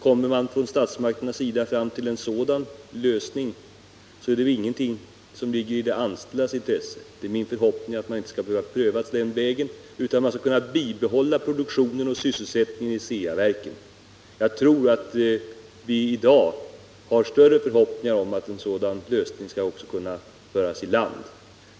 Kommer man från statsmakternas sida fram till en sådan lösning, är det ingenting som ligger i de anställdas intresse. Det är min förhoppning att vi inte skall behöva pröva den vägen, utan att man skall kunna bibehålla produktionen och sysselsättningen vid Ceaverken. Jag tror att vi i dag kan ha större förhoppningar om att en sådan lösning är möjlig.